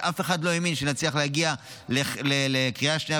ואף אחד לא האמין שנצליח להגיע לקריאה שנייה